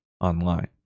online